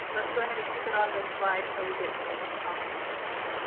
let's go ahead and keep it on the slide till we get to closing comments. thanks.